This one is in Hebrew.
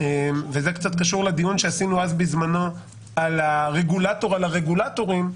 - וזה קצת קשור לדיון שעשינו בזמנו על הרגולטור על הרגולטורים,